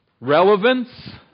Relevance